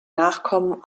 nachkommen